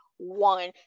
one